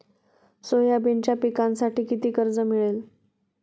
सोयाबीनच्या पिकांसाठी किती कर्ज मिळेल?